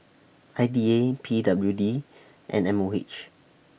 I D A P W D and M O H